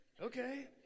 okay